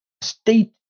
state